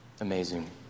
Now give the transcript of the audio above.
amazing